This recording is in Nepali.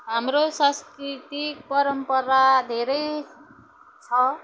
हाम्रो सांस्कृतिक परम्परा धेरै छ